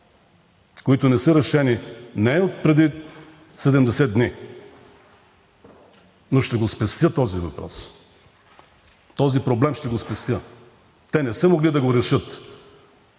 които не са решени – не отпреди 70 дни, но ще спестя този въпрос, този проблем ще го спестя. Те не са могли да го решат